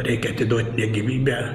reikia atiduot ne gyvybę